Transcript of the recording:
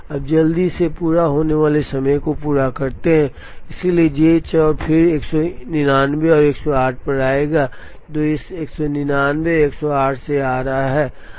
अब जल्दी से पूरा होने वाले समय को पूरा करते हैं इसलिए J 4 फिर 199 और 108 पर आएगा जो इस 199 और 108 से आ रहा है